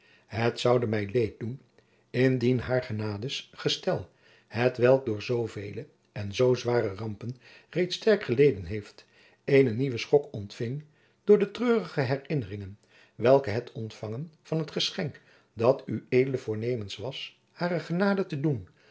het zoude mij leed doen indien haar genades gestel hetwelk door zoovele en zoo zware rampen reeds sterk geleden heeft eenen nieuwen schok ontfing door de treurige herinneringen welke het ontfangen van het geschenk dat ued voornemens was hare genade te doen